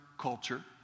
culture